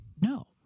No